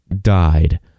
died